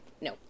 no